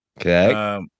Okay